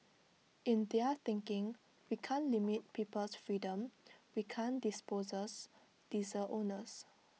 in their thinking we can't limit people's freedom we can't dispossess diesel owners